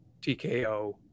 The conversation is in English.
TKO